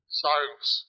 science